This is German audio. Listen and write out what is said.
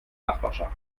nachbarschaft